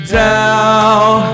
down